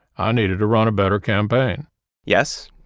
i needed to run a better campaign yes,